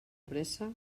pressa